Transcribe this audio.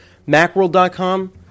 macworld.com